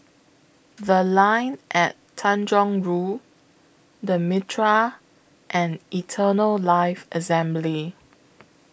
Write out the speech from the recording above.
The Line At Tanjong Rhu The Mitraa and Eternal Life Assembly